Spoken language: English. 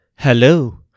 Hello